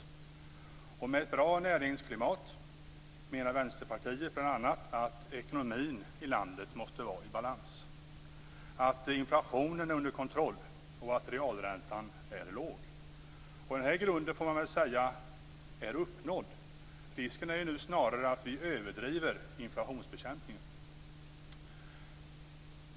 Med ett bra näringsklimat menar Vänsterpartiet bl.a. att ekonomin i landet måste vara i balans, att inflationen är under kontroll och att realräntan är låg. Den här grunden får man väl säga är uppnådd. Risken är nu snarare att vi överdriver inflationsbekämpningen.